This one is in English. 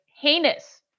heinous